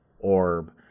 orb